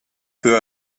peu